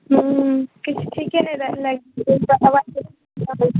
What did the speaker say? की पूरा